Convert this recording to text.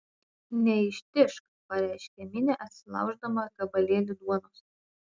neištižk pareiškė minė atsilauždama gabalėlį duonos